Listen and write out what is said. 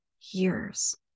years